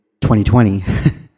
2020